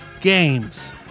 Games